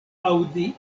aŭdi